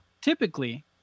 Typically